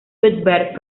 cuthbert